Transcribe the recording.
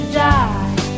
die